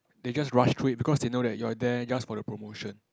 they just rush through it because they know that you're there just for the promotion